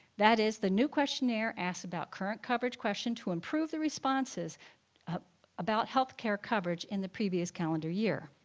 that is, the new questionnaire asks about current coverage questions to improve the responses about healthcare coverage in the previous calendar year.